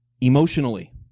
emotionally